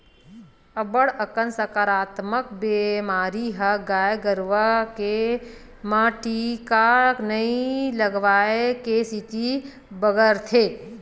अब्बड़ कन संकरामक बेमारी ह गाय गरुवा के म टीका नइ लगवाए के सेती बगरथे